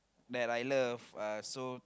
that I love uh so